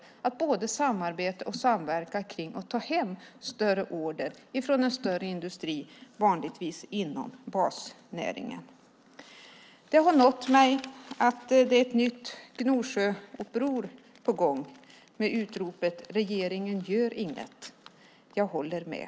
Det gäller att både samarbeta och samverka för att ta hem större order från en större industri, vanligtvis inom basnäringen. Det har nått mig att det är ett nytt Gnosjöuppror på gång med utropet: Regeringen gör inget! Jag håller med.